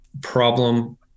problem